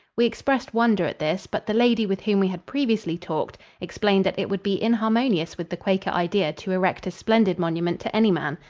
we expressed wonder at this, but the lady with whom we had previously talked explained that it would be inharmonious with the quaker idea to erect a splendid monument to any man.